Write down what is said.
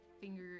finger